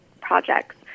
projects